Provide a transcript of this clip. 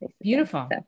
Beautiful